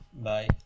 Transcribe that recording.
bye